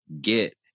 get